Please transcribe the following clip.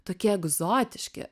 tokie egzotiški